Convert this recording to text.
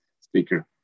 speaker